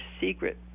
secret